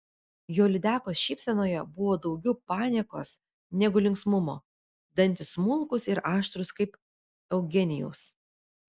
jo lydekos šypsenoje buvo daugiau paniekos negu linksmumo dantys smulkūs ir aštrūs kaip eugenijaus